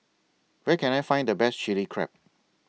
Where Can I Find The Best Chili Crab